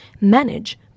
manage